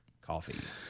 coffee